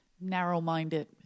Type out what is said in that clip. narrow-minded